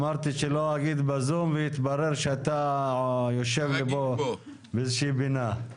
שלא אגיד בזום ויתברר שאתה יושב פה באיזו שהיא פינה.